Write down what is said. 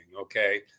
okay